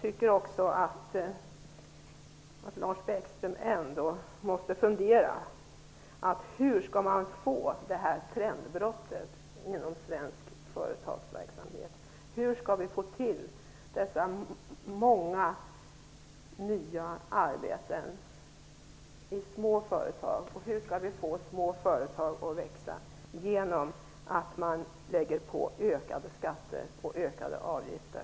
Lars Bäckström måste fundera över hur man skall få ett trendbrott inom den svenska företagsverksamheten. Hur skall man skapa många nya arbeten i små företag? Hur får man små företag att växa genom att lägga på ökade skatter och avgifter?